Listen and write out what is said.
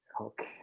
okay